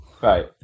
Right